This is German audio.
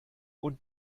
und